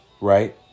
right